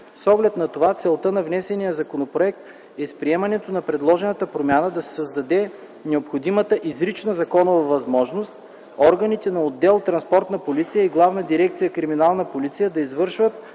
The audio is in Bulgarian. С оглед на това целта на внесения законопроект е с приемането на предложената промяна да се създаде необходимата изрична законова възможност органите на отдел „Транспортна полиция” и Главна дирекция „Криминална полиция” да извършват